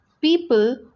people